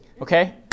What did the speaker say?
Okay